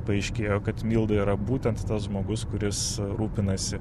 paaiškėjo kad milda yra būtent tas žmogus kuris rūpinasi